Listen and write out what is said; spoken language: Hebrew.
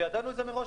וידענו את זה מראש.